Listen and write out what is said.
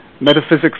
metaphysics